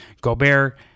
Gobert